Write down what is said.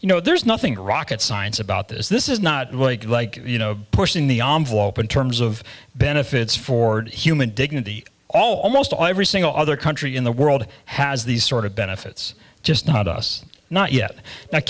you know there's nothing rocket science about this this is not like you know pushing the terms of benefits for human dignity almost every single other country in the world has these sort of benefits just not us not yet that